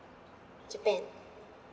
japan